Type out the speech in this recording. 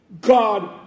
God